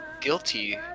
guilty